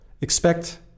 Expect